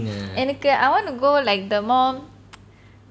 எனக்கு:enaku I want to go like the more